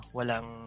walang